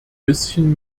bisschen